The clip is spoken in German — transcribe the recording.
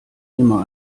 immer